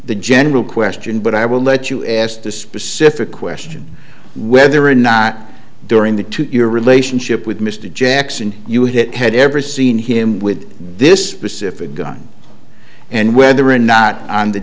the general question but i will let you asked the specific question whether or not during the two your relationship with mr jackson you hit had ever seen him with this specific gun and whether or not on the